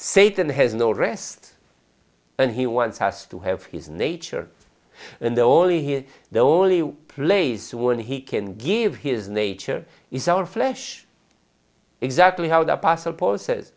satan has no rest and he wants us to have his nature and the only he the only place when he can give his nature is our flesh exactly how the apostle paul says